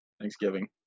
Thanksgiving